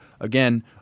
Again